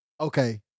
Okay